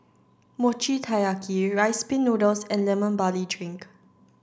Mochi Taiyaki rice pin noodles and lemon barley drink